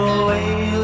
away